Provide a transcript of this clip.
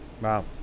Wow